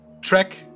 track